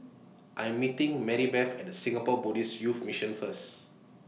I'm meeting Maribeth At Singapore Buddhist Youth Mission First